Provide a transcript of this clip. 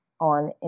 on